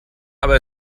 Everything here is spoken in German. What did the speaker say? aber